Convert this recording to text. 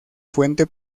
fuente